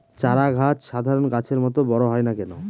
চারা গাছ সাধারণ গাছের মত বড় হয় না কেনো?